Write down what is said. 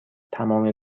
تمام